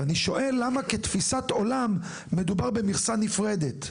ואני שואל למה כתפיסת עולם מדובר במכסה נפרדת.